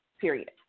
period